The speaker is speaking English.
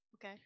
Okay